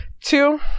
Two